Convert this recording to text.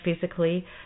physically